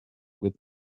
with